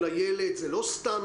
זמן.